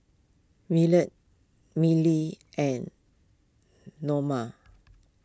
Millie and Neoma